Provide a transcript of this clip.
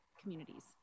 communities